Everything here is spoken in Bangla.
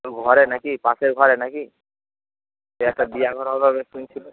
ঘরে নাকি পাশের ঘরে নাকি কে একটা বিয়ে ঘর হবে শুনছিল